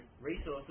resources